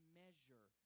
measure